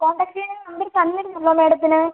contact ചെയ്യാൻ ഞാൻ number തന്നിരുന്നു ഞാൻ മാഡത്തിന്